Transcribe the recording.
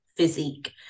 Physique